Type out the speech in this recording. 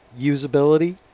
usability